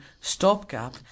stopgap